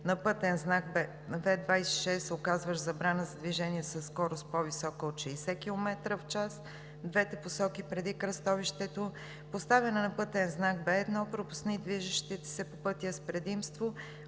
на пътен знак „В26“, указващ забрана за движение със скорост, по-висока от 60 километра в час, в двете посоки преди кръстовището; - поставяне на пътен знак „Б1“ – пропусни движещите се по пътя с предимство